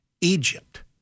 Egypt